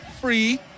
free